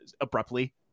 abruptly